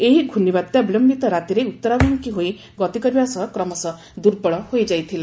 ଏହି ଘୂର୍ଣ୍ଣିବାତ୍ୟା ବିଳୟିତ ରାତିରେ ଉତ୍ତରାଭିମୁଖୀ ହୋଇ ଗତି କରିବା ସହ କ୍ରମଶଃ ଦୁର୍ବଳ ହୋଇଯାଇଥିଲା